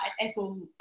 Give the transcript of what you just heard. Apple